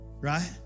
right